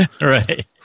Right